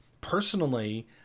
personally